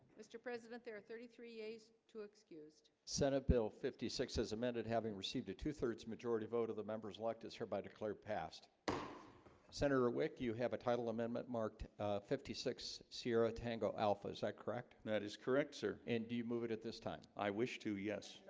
mr. president there are thirty three days to excused senate bill fifty six as amended having received a two-thirds majority vote of the members elect as herb i declare passed senator ah wick you have a title amendment marked fifty six sierra tango alpha is that correct that is correct sir, and do you move it at this time? i wish to yes,